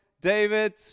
David